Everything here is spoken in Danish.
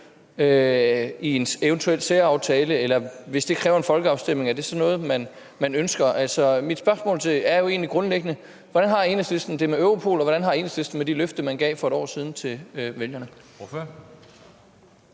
i en eventuel særaftale? Eller hvis det kræver en folkeafstemning, er det så noget, man ønsker? Altså, mine spørgsmål er egentlig grundlæggende: Hvordan har Enhedslisten det med Europol, og hvordan har Enhedslisten det med det løfte, man gav for et år siden til vælgerne?